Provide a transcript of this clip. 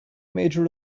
major